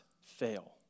fail